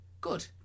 Good